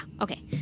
Okay